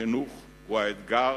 החינוך הוא האתגר